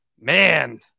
man